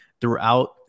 throughout